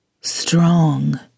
strong